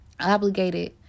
obligated